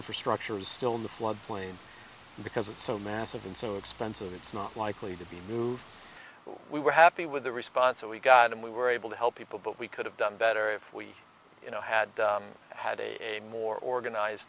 infrastructure is still in the flood plain because it's so massive and so expensive it's not likely to be moved but we were happy with the response so we got and we were able to help people but we could have done better if we you know had had a more organized